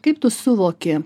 kaip tu suvoki